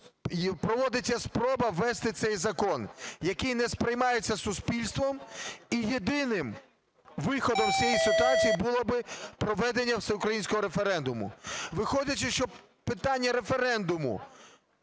проводиться спроба ввести цей закон, який не сприймається суспільством. І єдиним виходом з цієї ситуації було би проведення всеукраїнського референдуму. Виходить, що питання референдуму